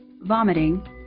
vomiting